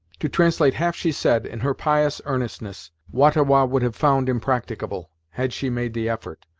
to translate half she said, in her pious earnestness, wah-ta-wah would have found impracticable, had she made the effort,